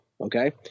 okay